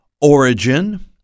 origin